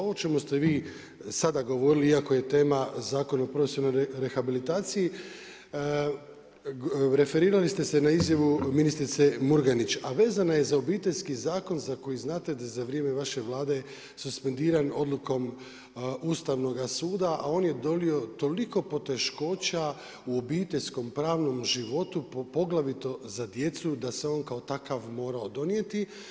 Ovo o čemu ste vi sada govorili iako je tema Zakon o profesionalnoj rehabilitaciji, referirali ste se na izjavu ministrice Murganić, a vezana je za Obiteljski zakon za koji znate da za vrijeme vaše vlade suspendira odlukom Ustavnoga suda, a on je donio toliko poteškoća u obiteljskom pravnom životu poglavito za djecu da se on kao takav morao donijeti.